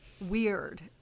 weird